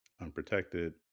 unprotected